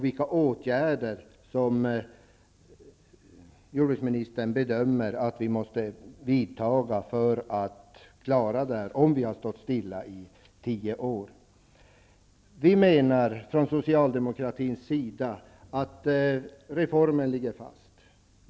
Vilka åtgärder bedömer jordbruksministern att vi nu måste vidta för att klara detta om vi stått stilla i tio år? Vi menar från socialdemokratins sida att reformen ligger fast.